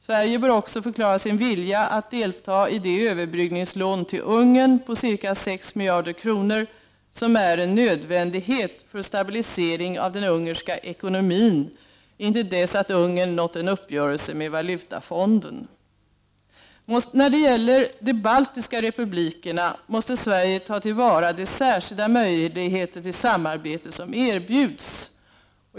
Sverige bör förklara sin vilja att deltaga i det överbryggningslån till Ungern på cirka sex miljarder kronor som är en nödvändighet för stabilisering av den ungerska ekonomin intill dess att Ungern nått en uppgörelse med valutafonden. När det gäller de baltiska republikerna måste Sverige ta till vara de särskilda möjligheter till samarbete som erbjuds.